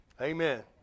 Amen